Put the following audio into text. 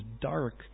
dark